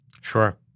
Sure